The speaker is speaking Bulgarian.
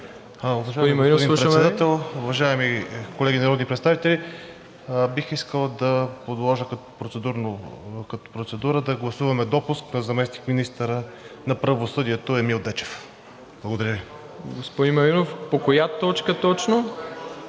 уважаеми колеги народни представители! Бих искал да предложа като процедура да гласуваме допуск на заместник-министъра на правосъдието Емил Дечев. Благодаря Ви.